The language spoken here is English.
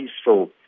peaceful